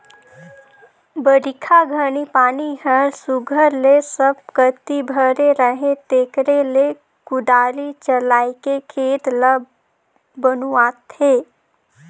बरिखा घनी पानी हर सुग्घर ले सब कती भरे रहें तेकरे ले कुदारी चलाएके खेत ल बनुवाथे